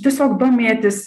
tiesiog domėtis